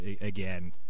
again